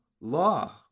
law